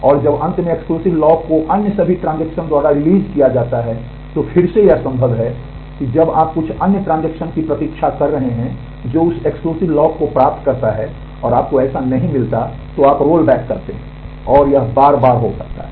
और जब आप वापस आते हैं और जब अंत में एक्सक्लूसिव करते हैं और यह बार बार हो सकता है